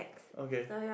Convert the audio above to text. okay